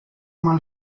moins